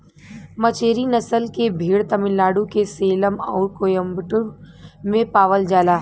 मचेरी नसल के भेड़ तमिलनाडु के सेलम आउर कोयम्बटूर में पावल जाला